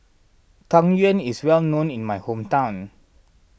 Tang Yuen is well known in my hometown